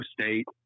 State